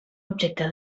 objecte